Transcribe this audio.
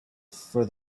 for